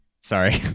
sorry